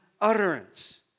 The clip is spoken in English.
utterance